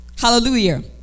Hallelujah